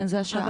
כן, זו השעה.